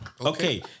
Okay